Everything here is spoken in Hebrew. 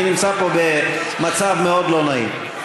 אני נמצא פה במצב מאוד לא נעים.